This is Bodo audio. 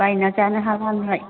बायना जानो हागोन आमफ्राय